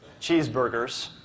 cheeseburgers